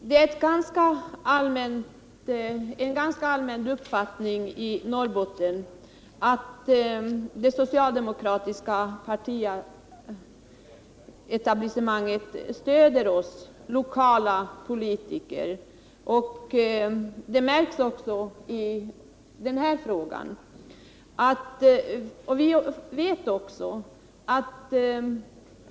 Ja, det är en ganska allmän uppfattning i Norrbotten att det socialdemokratiska partietablissemanget stödjer oss lokala politiker, och det märks också i den här frågan.